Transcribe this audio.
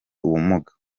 ubumuga